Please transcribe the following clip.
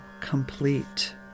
complete